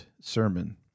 sermon